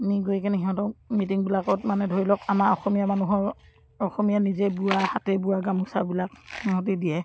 নি গৈকেনে সিহঁতক মিটিংবিলাকত মানে ধৰি লওক আমাৰ অসমীয়া মানুহৰ অসমীয়া নিজে বোৱা হাতে বোৱা গামোচাবিলাক সিহঁতে দিয়ে